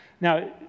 Now